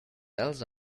else